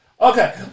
Okay